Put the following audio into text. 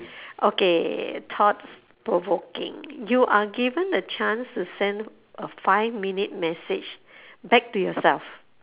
okay thoughts provoking you are given a chance to send a five minute message back to yourself